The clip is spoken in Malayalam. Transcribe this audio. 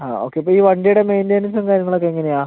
ആ ഓക്കെ ഇപ്പം ഈ വണ്ടിയുടെ മെയിൻ്റനൻസും കാര്യങ്ങളൊക്കെ എങ്ങനെയാണ്